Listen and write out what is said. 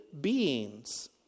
beings